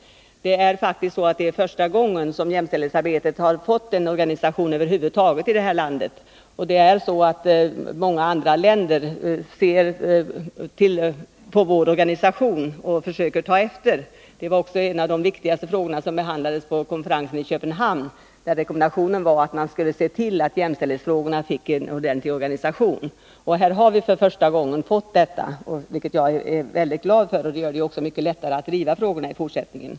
Det är faktiskt första gången som jämställdhetsarbetet över huvud taget har fått en organisation i detta land. I många andra länder är maniintresserad av vår organisation och försöker ta efter. Det var också en av de viktigaste frågorna på konferensen i Köpenhamn, och diskussionen ledde till en rekommendation att vi skulle se till att jämställdhetsfrågorna fick en ordentlig organisation. Nu har vi fått den, vilket jag är mycket glad över; den gör det lättare att driva frågorna i fortsättningen.